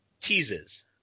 teases